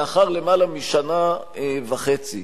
לאחר למעלה משנה וחצי